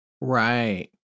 Right